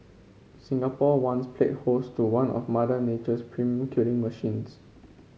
Singapore once played host to one of Mother Nature's premium killing machines